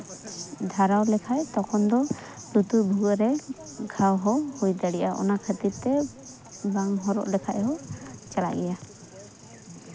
ᱫᱷᱟᱨᱟᱣ ᱞᱮᱠᱷᱟᱡ ᱛᱚᱠᱷᱚᱱ ᱫᱚ ᱞᱩᱛᱩᱨ ᱵᱷᱩᱜᱟᱹᱜ ᱨᱮ ᱜᱷᱟᱣ ᱦᱚᱸ ᱦᱩᱭ ᱫᱟᱲᱮᱭᱟᱜᱼᱟ ᱚᱱᱟ ᱠᱷᱟᱹᱛᱤᱨ ᱛᱮ ᱵᱟᱝ ᱦᱚᱨᱚᱜ ᱞᱮᱠᱷᱟᱡ ᱦᱚᱸ ᱪᱟᱞᱟᱜ ᱜᱮᱭᱟ